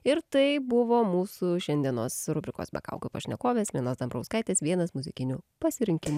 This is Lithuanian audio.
ir tai buvo mūsų šiandienos rubrikos be kaukių pašnekovės linos dambrauskaitės vienas muzikinių pasirinkimų